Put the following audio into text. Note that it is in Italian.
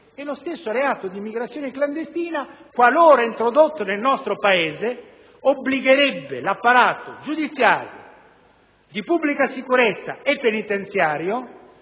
Il reato di immigrazione clandestina, qualora introdotto nel nostro Paese, obbligherebbe l'apparato giudiziario, di pubblica sicurezza e penitenziario